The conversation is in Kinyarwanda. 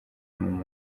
mama